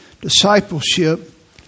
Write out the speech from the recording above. discipleship